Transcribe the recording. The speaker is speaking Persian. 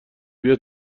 بیا